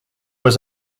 was